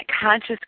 conscious